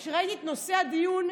שנים שכבר נהיו חד-הוריות,